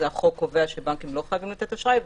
זה החוק שקובע שהבנקים לא חייבים לתת אשראי,